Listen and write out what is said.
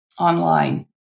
online